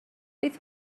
beth